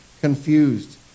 confused